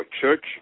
Church